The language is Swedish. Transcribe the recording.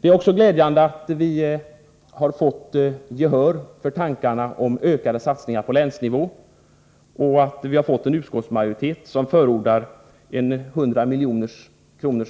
Det är också glädjande att vi har fått gehör för tankarna om ökade satsningar på länsnivå och att en utskottsmajoritet förordar en